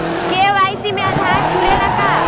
KYC में आधार जुड़े ला का?